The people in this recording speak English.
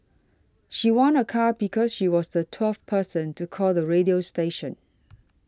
she won a car because she was the twelfth person to call the radio station